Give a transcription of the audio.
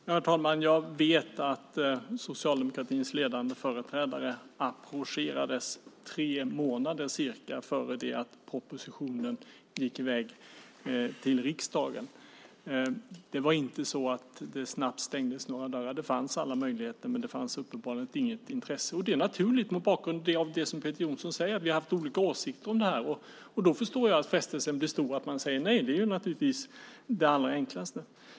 Herr talman! Jag vet att socialdemokratins ledande företrädare approcherades cirka tre månader innan dess att propositionen gick i väg till riksdagen. Det var inte så att det snabbt stängdes några dörrar. Alla möjligheter fanns, men det fanns uppenbarligen inget intresse. Det är naturligt mot bakgrund av det som Peter Jonsson säger; vi har haft olika åsikter om det här. Därför förstår jag att frestelsen att säga nej blir stor. Det är naturligtvis det allra enklaste.